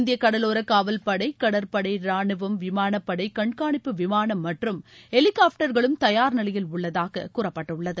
இந்திய கடலோர காவல்படை கடற்படை ரானுவம் விமானப்படை கண்காணிப்பு விமானம் மற்றும் ஹெலிகாப்டர்களும் தயார் நிலையில் உள்ளதாக கூறப்பட்டுள்ளது